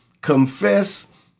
confess